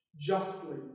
justly